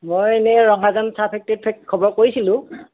মই এনেই ৰঙাজান চাহ ফেক্টৰীত খবৰ কৰিছিলোঁ